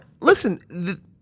listen